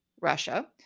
Russia